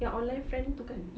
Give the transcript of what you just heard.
yang online friend tu kan